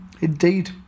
Indeed